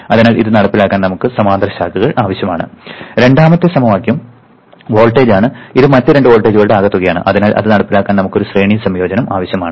അതിനാൽ ഇത് നടപ്പിലാക്കാൻ നമുക്ക് സമാന്തര ശാഖകൾ ആവശ്യമാണ് രണ്ടാമത്തെ സമവാക്യം വോൾട്ടേജാണ് ഇത് മറ്റ് രണ്ട് വോൾട്ടേജുകളുടെ ആകെത്തുകയാണ് അതിനാൽ അത് നടപ്പിലാക്കാൻ നമുക്ക് ഒരു ശ്രേണി സംയോജനം ആവശ്യമാണ്